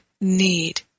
need